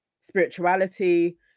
spirituality